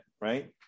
right